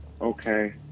okay